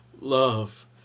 love